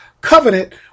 covenant